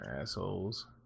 assholes